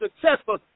successful